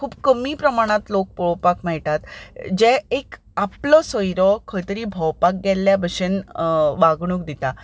खूब कमी प्रमाणांत लोक पळोवपाक मेळटात जे एक आपलो सोयरो खंयतरी भोंवपाक गेल्ल्या भशेन वागणूक दिता